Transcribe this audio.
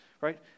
right